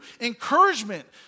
encouragement